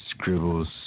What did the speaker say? Scribbles